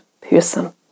person